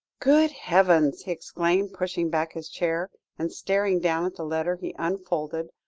good heavens! he exclaimed, pushing back his chair, and staring down at the letter he unfolded,